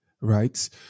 right